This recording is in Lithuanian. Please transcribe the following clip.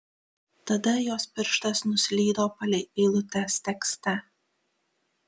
tada jos pirštas nuslydo palei eilutes tekste